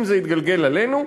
אם זה יתגלגל עלינו,